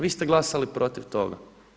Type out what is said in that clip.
Vi ste glasali protiv toga.